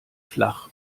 flach